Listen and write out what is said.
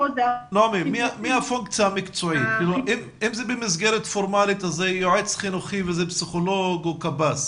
אם זה במסגרת פורמלית אז זה יועץ חינוכי וזה פסיכולוג או קב"ס.